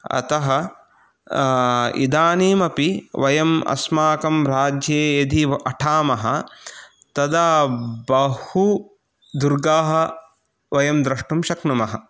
अतः इदानीमपि वयम् अस्माकं राज्ये यदि अटामः तदा बहु दुर्गाः वयं द्रष्टुं शक्नुमः